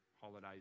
holidays